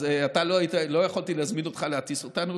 אז לא יכולתי להזמין אותך להטיס אותנו,